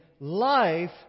life